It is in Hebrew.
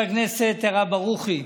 הרב ברוכי,